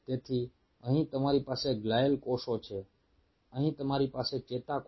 તેથી અહીં તમારી પાસે ગ્લિઅલ કોષો છે અહીં તમારી પાસે ચેતાકોષો છે